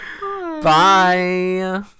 Bye